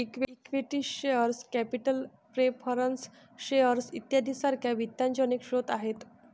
equity share capital preference shares इत्यादी सारख्या वित्ताचे अनेक स्रोत आहेत